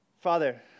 Father